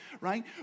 right